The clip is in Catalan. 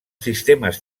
sistemes